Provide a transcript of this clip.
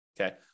okay